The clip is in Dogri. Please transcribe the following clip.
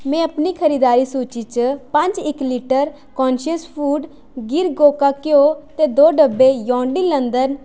में अपनी खरीदारी सूची च पंज इक लीटर कांशियस फूड गिर गोका घ्यो ते दो डब्बे यार्डली लंदन